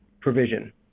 provision